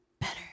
better